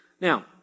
Now